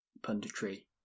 punditry